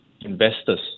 investors